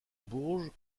bourges